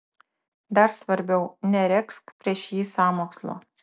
dar svarbiau neregzk prieš jį sąmokslo